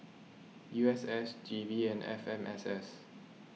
U S S G V and F M S S